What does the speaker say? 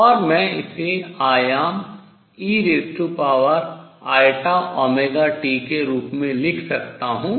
और मैं इसे आयाम के रूप में लिख सकता हूँ